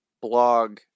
blog